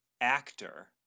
actor